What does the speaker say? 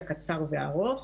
הקצר והארוך,